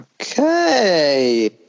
Okay